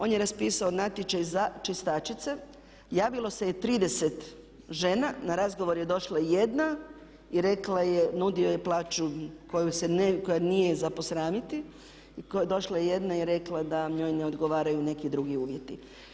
On je raspisao natječaj za čistačice, javilo se 30 žena, na razgovor je došla jedna i rekla je, nudio je plaću koja nije za posramiti i došla je jedna i rekla da njoj ne odgovaraju neki drugi uvjeti.